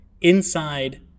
inside